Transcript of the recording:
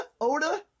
Oda